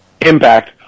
impact